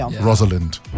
Rosalind